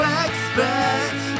expect